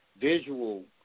visual